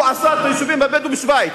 הוא עשה את היישובים הבדואיים שווייץ.